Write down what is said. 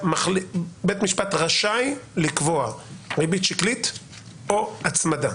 רשאי לקבוע ריבית שקלית או הצמדה